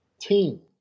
Team